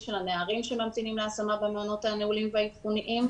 של הנערים שממתינים להשמה במעונות הנעולים והאבחוניים,